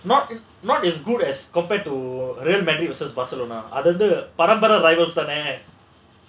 not not as good as compared to real அது வந்து பரம்பர:adhu vandhu parambara